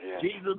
Jesus